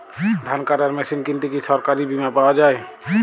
ধান কাটার মেশিন কিনতে কি সরকারী বিমা পাওয়া যায়?